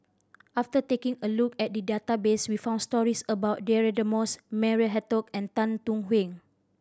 after taking a look at the database we found stories about Deirdre Moss Maria Hertogh and Tan Thuan Heng